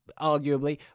arguably